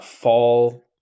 Fall